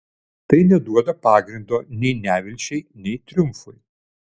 tai neduoda pagrindo nei nevilčiai nei triumfui